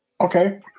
Okay